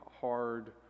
hard